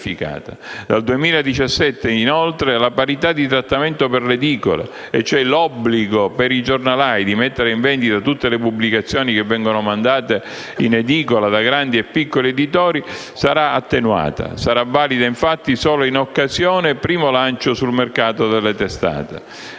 Dal 2017, inoltre, la parità di trattamento per le edicole, e cioè l'obbligo per i giornalai di mettere in vendita tutte le pubblicazioni che vengono mandate in edicola da grandi e piccoli editori, sarà attenuata: sarà valida infatti solo in occasione del primo lancio sul mercato delle testate.